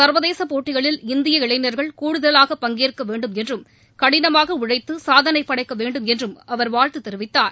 சா்வதேச போட்டிகளில் இந்திய இளைஞா்கள் கூடுதலாக பங்கேற்க வேண்டுமென்றும் கடினமாக உழைத்து சாதனை படைக்க வேண்டுமென்றும் அவர் வாழ்த்து தெரிவித்தார்